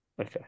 Okay